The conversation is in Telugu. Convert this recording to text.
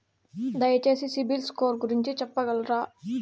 దయచేసి సిబిల్ స్కోర్ గురించి చెప్పగలరా?